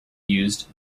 used